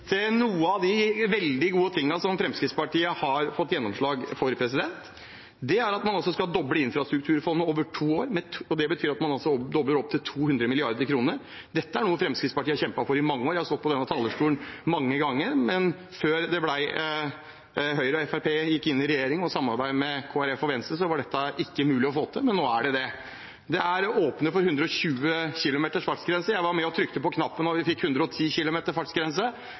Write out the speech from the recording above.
er noe Fremskrittspartiet har kjempet for i mange år. Jeg har stått på denne talerstolen mange ganger, men før Høyre og Fremskrittspartiet gikk inn i regjering, og før samarbeidet med Kristelig Folkeparti og Venstre, var ikke dette mulig å få til. Men nå er det det. Det åpner for 120 km fartsgrense. Jeg var med og trykket på knappen da vi fikk 110 km fartsgrense.